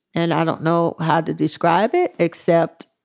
and i don't know how to describe it except